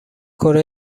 کره